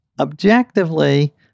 objectively